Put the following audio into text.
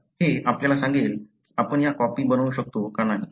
हे आपल्याला सांगेल की आपण या कॉपी बनवू शकतो का नाही